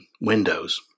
Windows